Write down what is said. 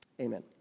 Amen